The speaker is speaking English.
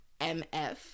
MF